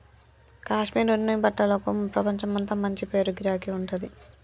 కాశ్మీర్ ఉన్ని బట్టలకు ప్రపంచమంతా మంచి పేరు మరియు గిరాకీ ఉంటది